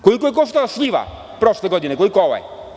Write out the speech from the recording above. Koliko je koštala šljiva prošle godine, a koliko ove?